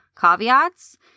caveats